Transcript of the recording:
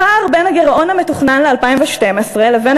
הפער בין הגירעון המתוכנן ל-2012 לבין